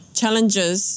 challenges